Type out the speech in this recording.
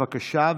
בבקשה,